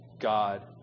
God